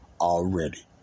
already